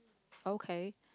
okay